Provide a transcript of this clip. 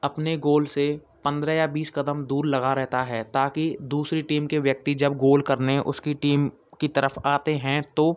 अपने गोल से पन्द्रेह या बीस क़दम दूर लगा रहता है ताकि दूसरी टीम के व्यक्ति जब गोल करने उसकी टीम की तरफ आते हैं तो